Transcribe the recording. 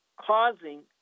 causing